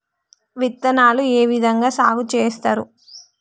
విత్తనాలు ఏ విధంగా సాగు చేస్తారు?